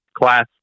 class